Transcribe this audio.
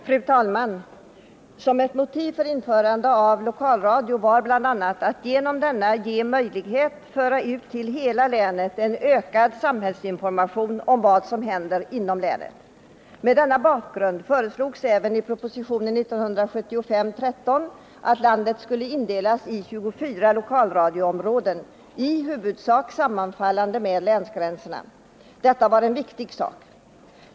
Fru talman! Ett motiv för införande av lokalradio var att åstadkomma möjlighet att till hela länen föra ut en ökad samhällsinformation om vad som händer inom länen. Med denna bakgrund föreslogs i proposition 1975:13 att landet skulle indelas i 24 lokalradioområden, i huvudsak sammanfallande med länsgränserna. Detta var en viktig sak.